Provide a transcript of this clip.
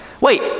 Wait